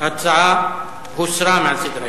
ההצעה הוסרה מעל סדר-היום.